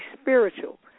spiritual